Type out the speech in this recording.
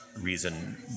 reason